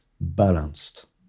balanced